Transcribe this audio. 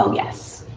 ah yes.